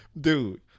Dude